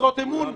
משרות אמון.